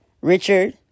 Richard